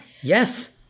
yes